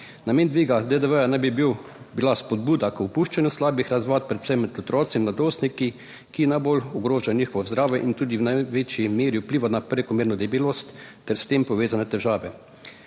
Namen dviga DDV naj bi bil bila spodbuda k opuščanju slabih razvad predvsem med otroci in mladostniki, ki najbolj ogroža njihovo zdravje in tudi v največji meri vpliva na prekomerno debelost ter s tem povezane težave.